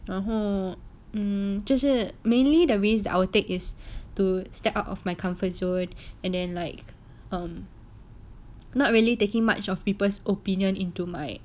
然后 um 这是 mainly the risk that I'll take is to step out of my comfort zone and then like um not really taking much of people's opinion into my